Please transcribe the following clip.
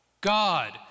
God